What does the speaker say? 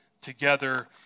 together